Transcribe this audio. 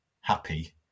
happy